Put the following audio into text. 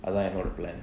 I like the plan